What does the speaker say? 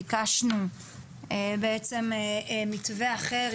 ביקשנו בעצם מתווה אחר,